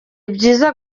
byiza